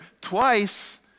Twice